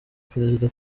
perezida